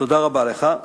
תודה רבה לך.